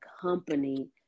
company